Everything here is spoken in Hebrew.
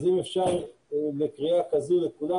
אז אם אפשר לקריאה כזו לכולם,